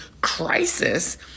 crisis